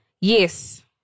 Yes